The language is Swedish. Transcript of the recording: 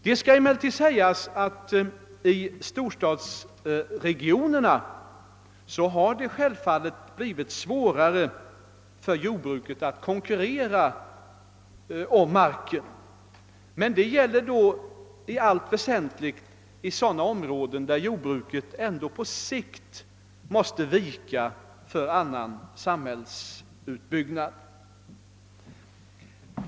Det har emellertid självfallet i storstadsregionerna blivit svårare för jordbruket att konkurrera om marken, men detta gäller i allt väsentligt endast sådana områden där jordbruket på sikt ändå måste vika för annan samhällsutbyggnad.